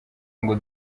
ngo